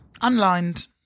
unlined